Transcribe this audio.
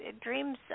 dreams